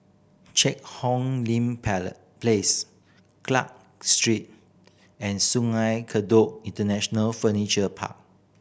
Cheang Hong Lim Place Clarke Street and Sungei Kadut International Furniture Park